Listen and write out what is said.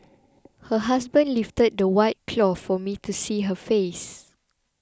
her husband lifted the white cloth for me to see her face